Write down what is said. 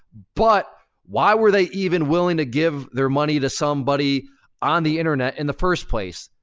but why were they even willing to give their money to somebody on the internet in the first place?